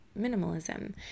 minimalism